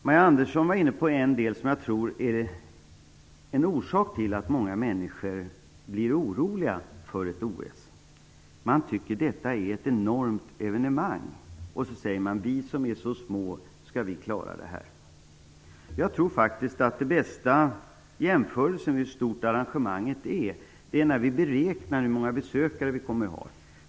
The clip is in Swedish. Marianne Andersson var inne på en del som jag tror är en orsak till att många människor blir oroliga för ett OS. Man tycker att detta är ett enormt evenemang och säger: Vi som är så små, skall vi klara det här? Jag tror att den bästa jämförelsen för att visa hur stort arrangemanget är kan vara att beräkna hur många besökare som OS kommer att ha.